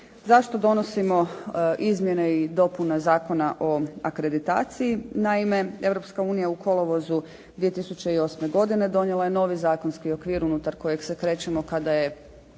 Zašto donosimo izmjene i dopune Zakona o akreditaciji. Naime, Europska unija u kolovozu 2008. godine donijela je novi zakonski okvir unutar kojeg se krećemo kada je